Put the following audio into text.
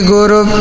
Guru